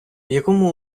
якому